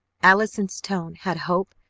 allison's tone had hope,